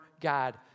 God